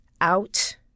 out